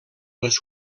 les